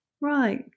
right